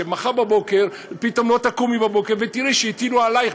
שלא תקומי מחר בבוקר ופתאום תראי שהטילו עלייך,